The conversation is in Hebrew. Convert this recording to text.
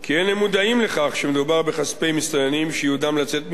כי אין הם מודעים לכך שמדובר בכספי מסתננים שייעודם לצאת מישראל,